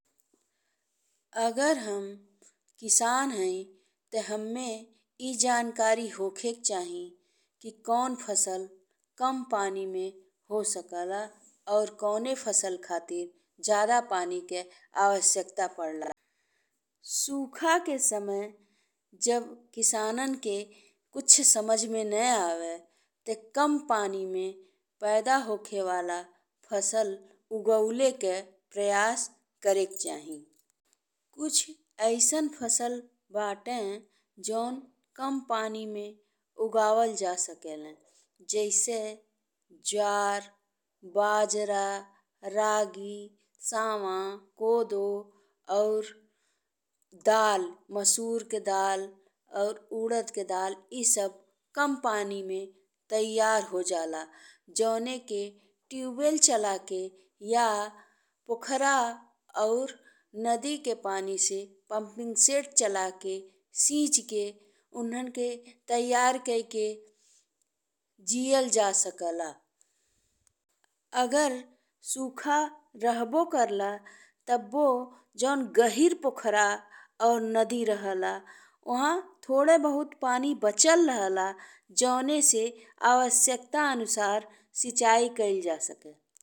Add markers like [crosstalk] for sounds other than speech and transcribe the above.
अगर हम किसान हईं ते हम्मे ए जानकारी होखे चाहि कि कौन फसल कम पानी में हो सकेला और कौन फसल खातिर जादा पानी के आवश्यकता पड़ला। [noise] सूखा के समय जब किसानन के कुछ समझ में ना आवे ते कम पानी में पैदा होखे वाला फसल उगावे के प्रयास करे के [noise] चाहिए। कुछ अइसन फसल बाटे जौन कम पानी में उगावल जा सकेले जैसे ज्वार, बाजरा, रागी, सावा, कोदो और दल, मसूर के दल और उड़द के दल ए सब कम पानी तैयार हो जाला। जोन के ट्यूबवेल चला के या पोखरा और नदी के पानी से, पंपिंग सेट चला के सिंचाई के, उँहन के तैयार कई के जाला जा सकेला। [hesitation] अगर सूखा लंबो करला तब्बो जोन गहिरे पोखरा और नदी रहेला उहा थोड़े बहुत पानी बचल रहेला जोन से आवश्यकतानुसार सिंचाई कइल जा सके।